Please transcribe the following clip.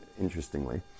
interestingly